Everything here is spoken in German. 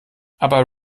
aber